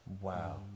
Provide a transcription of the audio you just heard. Wow